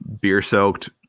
beer-soaked